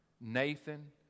Nathan